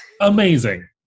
amazing